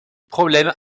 problème